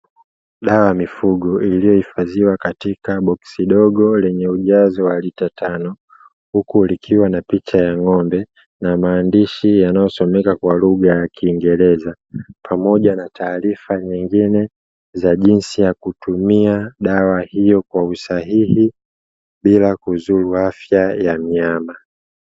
Dawa ya mifugo iliyohifadhiwa katika boksi dogo, lenye ujazo wa lita tano huku likiwa na picha ya ng'ombe, na maandishi yanayosomeka kwa lugha ya kiingereza, pamoja na taarifa zingine za jinsi ya kutumia dawa hiyo kwa usahihi bila kuzuru afya ya mnyama.